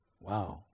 Wow